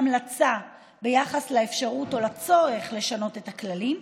המלצה ביחס לאפשרות או לצורך לשנות את הכללים,